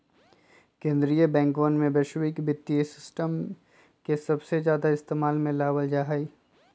कीन्द्रीय बैंकवन में वैश्विक वित्तीय सिस्टम के सबसे ज्यादा इस्तेमाल में लावल जाहई